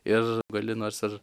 ir gali nors ir